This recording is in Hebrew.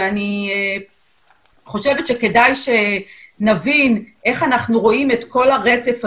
ואני חושבת שכדאי שנבין איך אנחנו רואים את כל הרצף הזה,